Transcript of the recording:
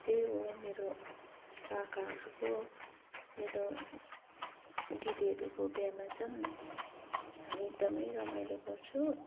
त्यही हो मेरो काकाहरूको मेरो दिदीहरूको बिहामा चाहिँ हामी एकदमै रमाइलो गर्छु